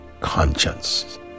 conscience